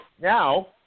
Now